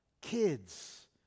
kids